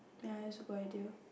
ya that's a good idea